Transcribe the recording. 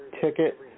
ticket